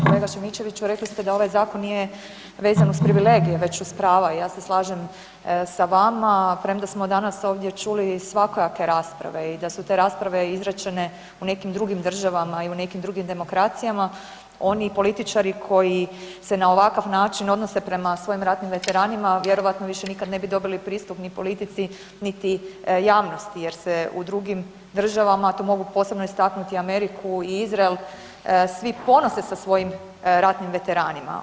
Kolega Šimičević, rekli ste da ovaj zakon nije vezan uz privilegije već uz prava i ja se slažem sa vama premda smo danas ovdje čuli svakojake rasprave i da su te rasprave izrečene u nekim drugim državama i u nekim drugim demokracijama, oni političari koji se na ovakav način odnose prema svojim ratnim veteranima, vjerojatno više nikad ne bi dobili pristup ni politici niti javnosti jer se u drugim državama, tu mogu posebno istaknuto Ameriku i Izrael, svi ponose sa svojim ratnim veteranima.